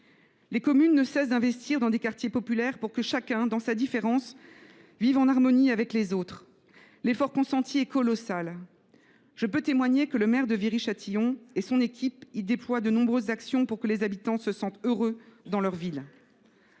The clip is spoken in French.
Les communes ne cessent d’investir dans les quartiers populaires pour que chacun, dans sa différence, vive en harmonie avec les autres. L’effort consenti est colossal. Je peux témoigner que le maire de Viry Châtillon et son équipe développent de nombreuses actions dans leur ville pour que les habitants s’y sentent heureux. Alors, que